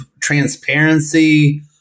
transparency